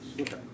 Okay